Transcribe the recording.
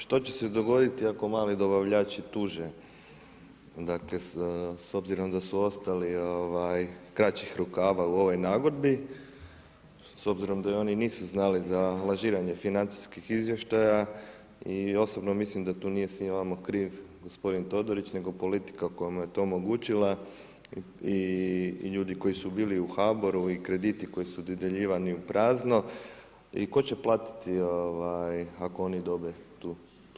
Što će se dogoditi ako mali dobavljači tuže s obzirom da su ostali kraćih rukava u ovoj nagodbi s obzirom da oni nisu znali za lažiranje financijskih izvještaja i osobno mislim da tu nije samo kriv gospodin Todorić nego politika koja mu je to omogućila i ljudi koji su bili u HBOR-u i koji su dodjeljivani u prazno i tko će platiti ako oni dobe tu tužbu?